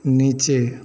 नीचे